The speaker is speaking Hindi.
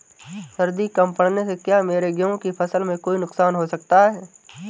सर्दी कम पड़ने से क्या मेरे गेहूँ की फसल में कोई नुकसान हो सकता है?